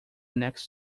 next